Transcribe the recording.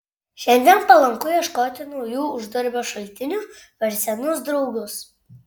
šiandien palanku ieškoti naujų uždarbio šaltinių per senus draugus